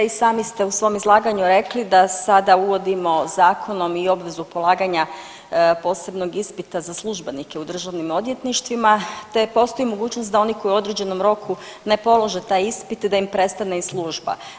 I sami ste u svom izlaganju rekli da sada uvodimo zakonom i obvezu polaganja posebnog ispita za službenike u državnim odvjetništvima te postoji mogućnost da oni koji u određenom roku ne polože taj ispit da im prestane i služba.